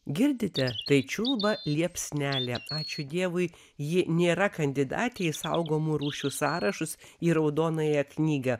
girdite tai čiulba liepsnelė ačiū dievui ji nėra kandidatė į saugomų rūšių sąrašus į raudonąją knygą